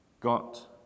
got